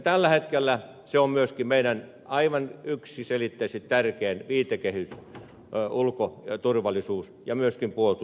tällä hetkellä se on myöskin meidän aivan yksiselitteisesti tärkein viitekehyksemme ulko turvallisuus ja myöskin puolustuspolitiikassa